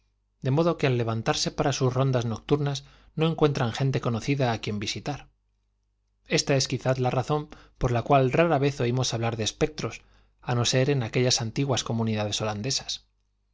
de modo que al levantarse para sus rondas nocturnas no encuentran gente conocida a quien visitar ésta es quizá la razón por la cual tan rara vez oímos hablar de espectros a no ser en aquellas antiguas comunidades holandesas